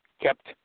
kept